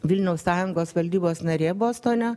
vilniaus sąjungos valdybos narė bostone